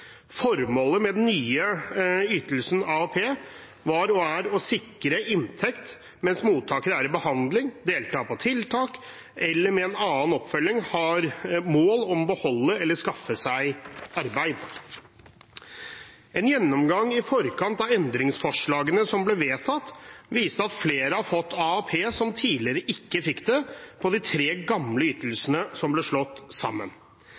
Formålet med den nye ytelsen AAP var og er å sikre inntekt mens mottakeren er i behandling, deltar på tiltak eller med en annen oppfølging har som mål å beholde eller skaffe seg arbeid. En gjennomgang i forkant av endringsforslagene som ble vedtatt, viste at flere har fått AAP som tidligere ikke fikk det fra de tre gamle ytelsene som ble slått sammen.